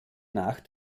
nach